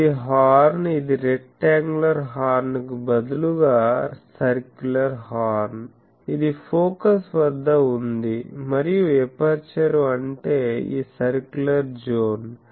ఇది హార్న్ ఇది rectangular horn కు బదులుగా సర్క్యులర్ హార్న్ ఇది ఫోకస్ వద్ద ఉంది మరియు ఎపర్చరు అంటే ఈ సర్క్యులర్ జోన్